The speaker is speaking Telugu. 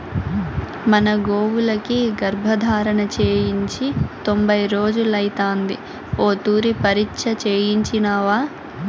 మన గోవులకి గర్భధారణ చేయించి తొంభై రోజులైతాంది ఓ తూరి పరీచ్ఛ చేయించినావా